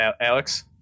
Alex